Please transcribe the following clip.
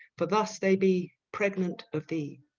for thus they bee pregnant of thee